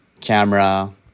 camera